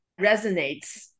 resonates